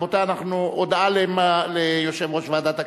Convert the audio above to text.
רבותי, הודעה ליושב-ראש ועדת הכנסת,